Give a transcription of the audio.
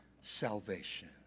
salvation